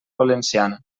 valenciana